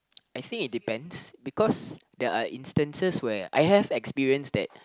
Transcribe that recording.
I think it depends because there are instances where I have experienced that